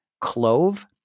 Clove